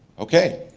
okay,